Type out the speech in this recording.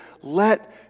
let